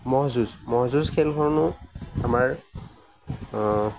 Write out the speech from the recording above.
ম'হ যুঁজ ম'হ যুঁজ খেলখনো আমাৰ